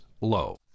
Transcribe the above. low